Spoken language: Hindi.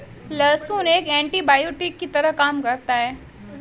लहसुन एक एन्टीबायोटिक की तरह काम करता है